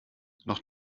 noch